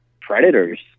predators